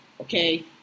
okay